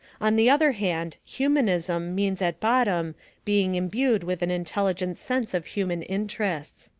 on the other hand, humanism means at bottom being imbued with an intelligent sense of human interests.